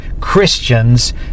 Christians